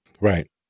Right